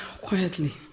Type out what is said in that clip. quietly